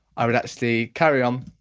i would actually carry on